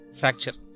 fracture